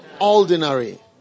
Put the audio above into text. Ordinary